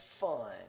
fun